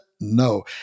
No